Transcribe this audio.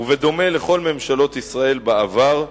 ובדומה לכל ממשלות ישראל בעבר,